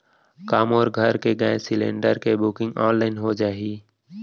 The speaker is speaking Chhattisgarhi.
का मोर घर के गैस सिलेंडर के बुकिंग ऑनलाइन हो जाही?